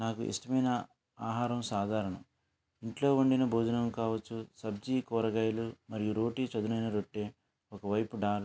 నాకు ఇష్టమైన ఆహారం సాధారణం ఇంట్లో వండిన భోజనం కావచ్చు సబ్జీ కూరగాయలు మరియు రోటీ చదునైనా రొట్టె ఒకవైపు దాల్